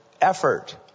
effort